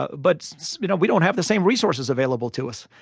ah but you know we don't have the same resources available to us.